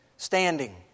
Standing